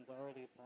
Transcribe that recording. already